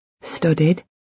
studied